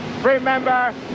Remember